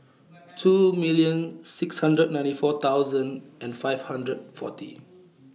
two million six hundred ninety four thousand and five hundred forty